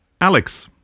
Alex